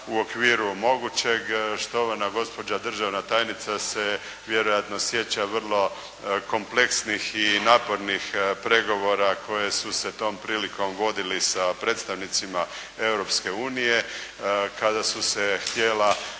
u okviru mogućeg. Štovana gospođa državna tajnica se vjerojatno sjeća vrlo kompleksnih i napornih pregovora koji su se tom prilikom vodili sa predstavnicima Europske unije kada su se htjela